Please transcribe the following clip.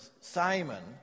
Simon